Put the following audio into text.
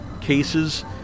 cases